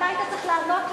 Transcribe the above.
אדוני היושב-ראש.